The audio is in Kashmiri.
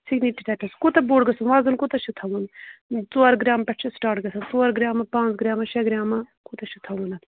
سگنی سِٹیٹَس کوٗتاہ بوٚڈ گوٚژھ وزن کوٗتاہ چھُ تھاوُن ژور گرٛامہٕ پٮ۪ٹھ چھُ سِٹارٹ گژھان ژور گرٛاما پانٛژھ گرٛاما شےٚ گرٛاما کوٗتاہ چھُ تھاوُن اَتھ